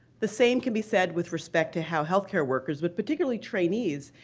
the same can be said with respect to how health care workers, but particularly trainees,